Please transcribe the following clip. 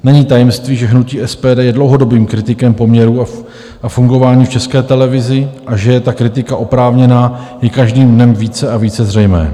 Není tajemstvím, že hnutí SPD je dlouhodobým kritikem poměrů a fungování v České televizi, a že je ta kritika oprávněná, je každým dnem více a více zřejmé.